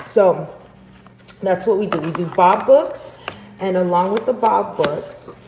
so that's what we do. we do bob books and along with the bob books,